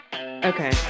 okay